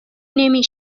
نمی